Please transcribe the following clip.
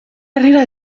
herrira